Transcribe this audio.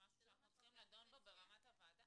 זה משהו שאנחנו צריכים לדון בו ברמת הוועדה?